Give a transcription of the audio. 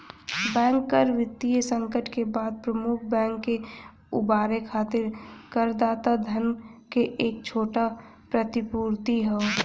bank कर वित्तीय संकट के बाद प्रमुख बैंक के उबारे खातिर करदाता धन क एक छोटा प्रतिपूर्ति हौ